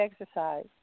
exercise